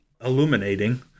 illuminating